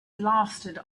lasted